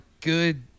good